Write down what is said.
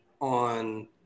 on